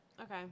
Okay